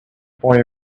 boy